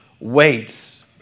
waits